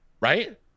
Right